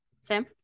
Sam